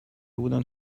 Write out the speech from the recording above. بودن